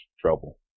trouble